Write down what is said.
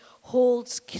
holds